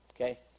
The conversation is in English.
Okay